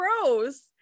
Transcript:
gross